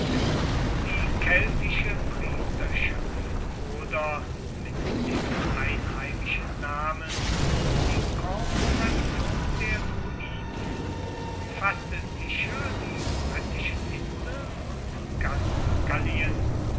die keltische priesterschaft oder mit dem einheimischen namen die korporation der druiden umfaßte sicher die britischen inseln und ganz gallien